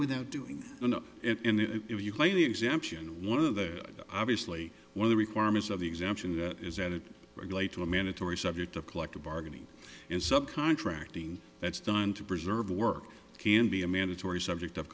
without doing it in it if you claim the exemption one of the obviously one of the requirements of the exemption that is that it regulate to a mandatory subject of collective bargaining in some contracting that's done to preserve work can be a mandatory subject